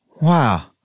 Wow